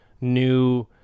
new